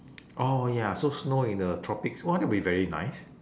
oh ya so snow in the tropics !wah! that will be very nice